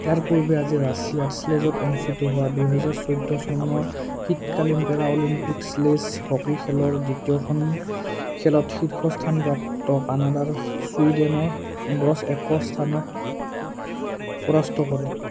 ইয়াৰ পূৰ্বে আজি ৰাছিয়াৰ শ্লেজত অনুষ্ঠিত দুহেজাৰ চৈধ্য চনৰ শীতকালীন পেৰালিম্পিকছৰ স্লেজ হকী খেলৰ দ্বিতীয়খন খেলত শীৰ্ষ স্থান প্ৰাপ্ত কানাডাই ছুইডেনক দহ এক স্থানত পৰাস্ত কৰে